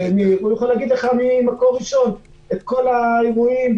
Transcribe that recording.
והוא יכול לספר לך ממקור ראשון על כל האירועים.